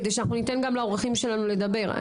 כדי שאנחנו ניתן גם לאורחים שלנו לדבר,